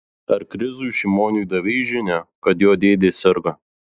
ar krizui šimoniui davei žinią kad jo dėdė serga